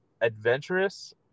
adventurous